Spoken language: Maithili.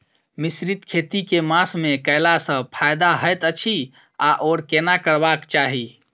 मिश्रित खेती केँ मास मे कैला सँ फायदा हएत अछि आओर केना करबाक चाहि?